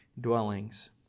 dwellings